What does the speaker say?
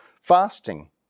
Fasting